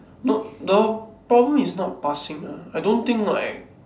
no the problem is not passing ah I don't think like